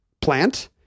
plant